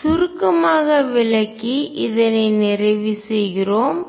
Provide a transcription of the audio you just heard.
சுருக்கமாக விளக்கி இதனை நிறைவு செய்கிறோம்